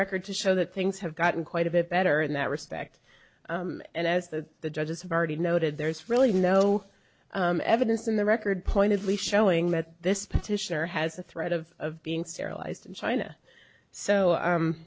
record to show that things have gotten quite a bit better in that respect and as the the judges have already noted there's really no evidence in the record pointedly showing that this petitioner has the threat of being sterilized in china so